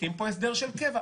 מחוקקים פה הסדר של קבע.